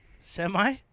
Semi